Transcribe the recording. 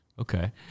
Okay